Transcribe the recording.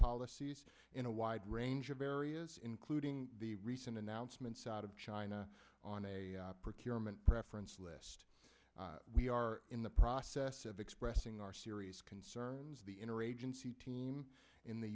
policies in a wide range of areas including the recent announcements out of china on a preference list we are in the process of expressing our serious concerns the interagency team in the